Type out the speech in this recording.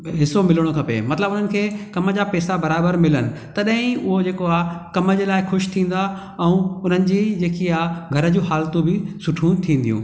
हिसो मिलणो खपे मतिलबु हुननि खे कमु जा पैसा बराबरि मिलनि तॾहिं ई उहो जेको आहे कम जे लाइ ख़ुशि थींदा ऐं हुननि जी जेकी आहे घर जूं हालतूं बि सुठियूं थींदियूं